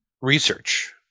Research